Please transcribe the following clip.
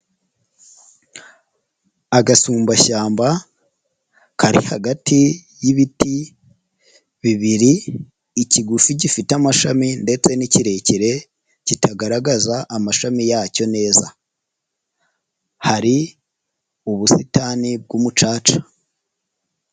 Agasumbashyamba kari hagati y'ibiti bibiri, ikigufi gifite amashami ndetse n'ikirekire kitagaragaza amashami yacyo neza . Hari ubusitani bw'umucaca.